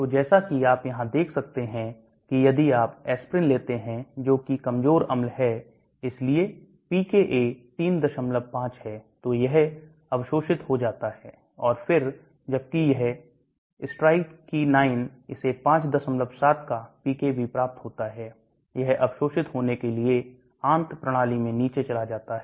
तो जैसा कि आप यहां देख सकते हैं कि यदि आप aspirin लेते हैं जोकि कमजोर अम्ल है इसलिए pKa 35 है तो यह अवशोषित हो जाता है और फिर जबकि यह strychnine इसे 57 का pKb प्राप्त होता है यह अवशोषित होने के लिए आंत प्रणाली में नीचे चला जाता है